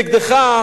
נגדך,